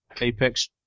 Apex